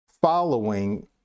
following